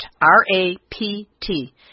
R-A-P-T